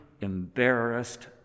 embarrassed